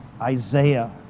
Isaiah